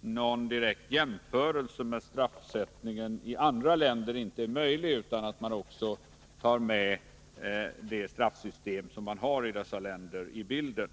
någon direkt jämförelse med straffsättningen i andra länder utan att man också har med i bilden hela straffsystemet i länderna i fråga.